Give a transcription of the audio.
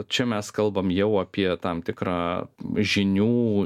čia mes kalbam jau apie tam tikrą žinių